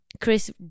Chris